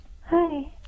Hi